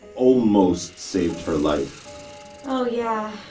almost saved her life oh yeah